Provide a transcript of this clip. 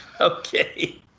Okay